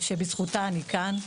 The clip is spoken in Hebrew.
שבזכותה אני כאן.